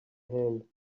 hand